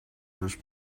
this